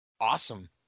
Awesome